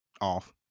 off